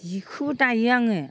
जिखोबो दायो आङो